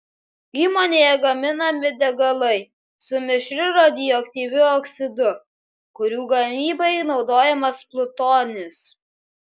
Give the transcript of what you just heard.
įmonėje gaminami degalai su mišriu radioaktyviu oksidu kurių gamybai naudojamas plutonis